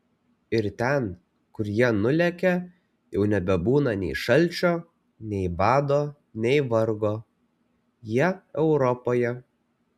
ir ten kur jie nulekia jau nebebūna nei šalčio nei bado nei vargo jie europoje